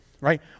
right